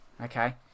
Okay